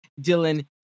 Dylan